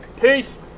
Peace